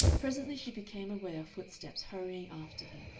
presently she became aware of footsteps hurrying after her,